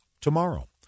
tomorrow